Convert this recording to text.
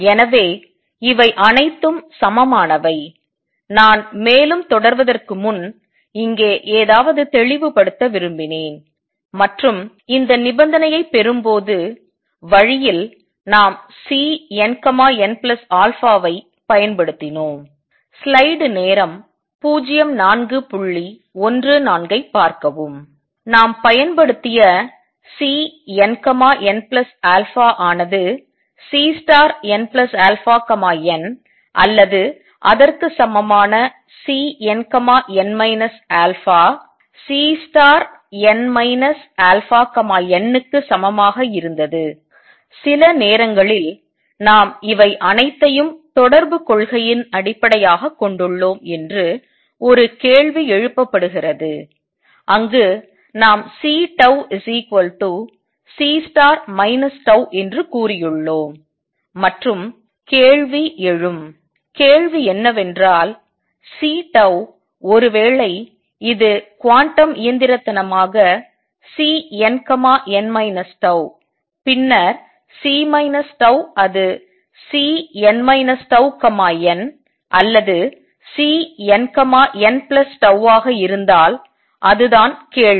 எனவே இவை அனைத்தும் சமமானவை நான் மேலும் தொடர்வதற்கு முன் இங்கே ஏதாவது தெளிவுபடுத்த விரும்பினேன் மற்றும் இந்த நிபந்தனையைப் பெறும்போது வழியில் நாம் Cnn ஐ பயன்படுத்தினோம் நாம் பயன்படுத்திய Cnnஆனது Cnn அல்லது அதற்கு சமமான Cnn α Cn αnக்கு சமமாக இருந்தது சில நேரங்களில் நாம் இவை அனைத்தையும் தொடர்புக் கொள்கையில் அடிப்படையாகக் கொண்டுள்ளோம் என்று ஒரு கேள்வி எழுப்பப்படுகிறது அங்கு நாம் CC என்று கூறியுள்ளோம் மற்றும் கேள்வி எழும் கேள்வி என்னவென்றால் C ஒருவேளை இது குவாண்டம் இயந்திரத்தனமாக Cnn பின்னர் C அது Cn τn அல்லது Cnn ஆக இருந்தால் அதுதான் கேள்வி